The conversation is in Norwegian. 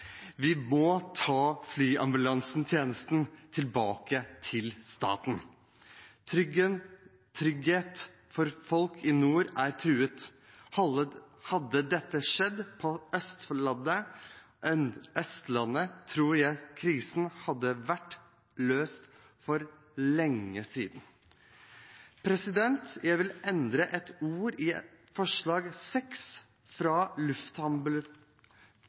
Vi må ta flyambulansetjenesten tilbake til staten. Tryggheten for folk i nord er truet. Hadde dette skjedd på Østlandet, tror jeg krisen hadde vært løst for lenge siden. Jeg vil endre et ord i forslag nr. 6, fra